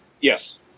Yes